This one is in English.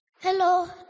Hello